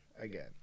again